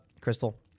Crystal